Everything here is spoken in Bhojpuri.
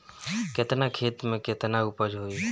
केतना खेत में में केतना उपज होई?